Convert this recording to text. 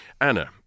Anna